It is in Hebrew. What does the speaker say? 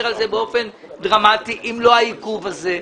על זה באופן דרמטי אם לא העיכוב הזה?